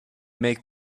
make